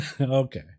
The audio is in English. Okay